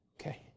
Okay